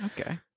Okay